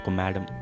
madam